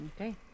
Okay